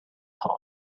heart